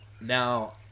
now